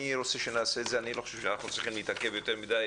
אני לא חושב שאנחנו צריכים להתעכב יותר מדי.